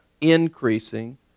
increasing